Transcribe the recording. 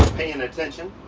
paying attention.